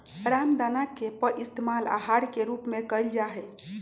रामदाना के पइस्तेमाल आहार के रूप में कइल जाहई